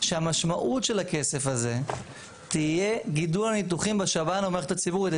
שהמשמעות של הכסף הזה תהיה גידול הניתוחים בשב"ן ובמערכת הציבורית.